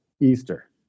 easter